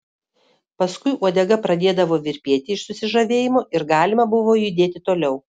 paskui uodega pradėdavo virpėti iš susižavėjimo ir galima buvo judėti toliau